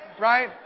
Right